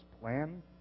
plan